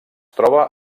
troba